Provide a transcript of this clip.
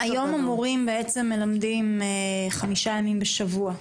היום המורים מלמדים חמישה ימים בשבוע.